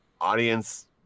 audience